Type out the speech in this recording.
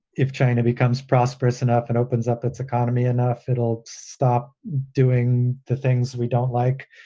if china becomes prosperous enough and opens up its economy enough, it'll stop doing the things we don't like,